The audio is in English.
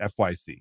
FYC